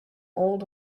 old